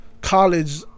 college